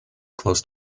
close